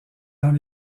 dans